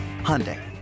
Hyundai